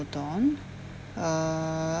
hold on err